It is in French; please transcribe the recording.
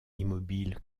immobile